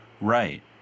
Right